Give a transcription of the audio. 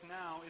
now